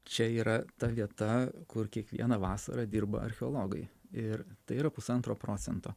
čia yra ta vieta kur kiekvieną vasarą dirba archeologai ir tai yra pusantro procento